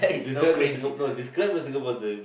describe a no describe a Singapore dream